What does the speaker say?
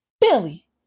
Billy